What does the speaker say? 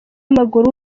w’amaguru